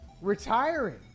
retiring